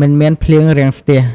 មិនមានភ្លៀងរាំងស្ទះ។